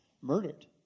murdered